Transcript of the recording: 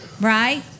Right